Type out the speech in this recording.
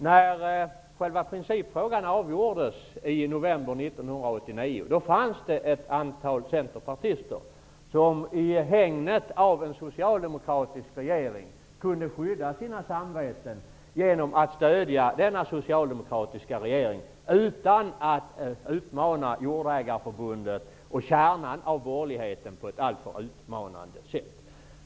När själva principfrågan avgjordes i november 1989 var det ett antal centerpartister som, i hägnet av den socialdemokratiska regeringen, kunde skydda sina samveten genom att stödja denna socialdemokratiska regering, utan att utmana Jordägarföreningen och kärnan av borgerligheten på ett alltför tydligt sätt.